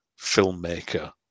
filmmaker